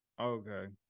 Okay